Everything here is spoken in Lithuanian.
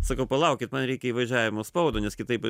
sakau palaukit man reikia įvažiavimo spaudo nes kitaip